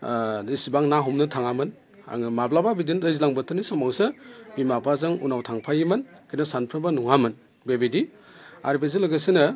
इसेबां ना हमनो थाङामोन आङो माब्लाबा बिदिनो दैज्लां बोथोरनि समावसो बिमा बिफाजों उनाव थांफायोमोन खिनथु सानफ्रोमबो नङामोन बेबायदि आरो बेजों लोगोसेनो